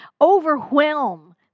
overwhelm